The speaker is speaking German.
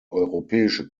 europäische